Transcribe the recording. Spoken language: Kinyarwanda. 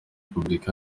repubulika